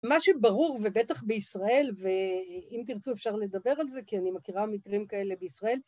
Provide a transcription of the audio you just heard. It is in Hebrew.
מה שברור ובטח בישראל, ואם תרצו אפשר לדבר על זה כי אני מכירה מקרים כאלה בישראל.